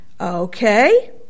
Okay